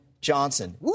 Johnson